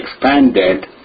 expanded